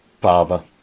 father